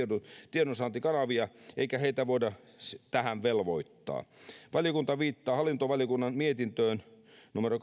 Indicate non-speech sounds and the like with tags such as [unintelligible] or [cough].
tiedonsaantikanavia eikä heitä voida tähän velvoittaa valiokunta viittaa hallintovaliokunnan mietintöön numero [unintelligible]